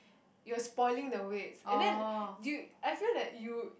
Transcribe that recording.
you spoiling the weights and then do you I feel like you